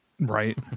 right